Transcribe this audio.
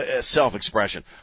self-expression